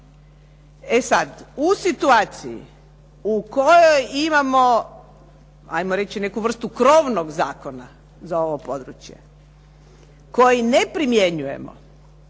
E sad, u situaciji u kojoj imamo ajmo reći neku vrstu krovnog zakona za ovo područje koji ne primjenjuje